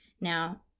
Now